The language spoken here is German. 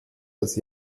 das